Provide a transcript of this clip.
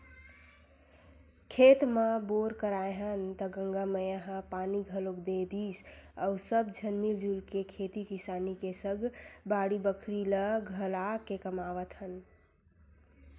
खेत म बोर कराए हन त गंगा मैया ह पानी घलोक दे दिस अउ सब झन मिलजुल के खेती किसानी के सग बाड़ी बखरी ल घलाके कमावत हन